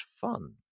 fun